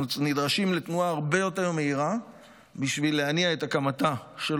אנחנו נדרשים לתנועה הרבה יותר מהירה בשביל להניע את הקמתה של